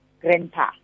grandpa